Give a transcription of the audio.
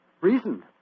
Reason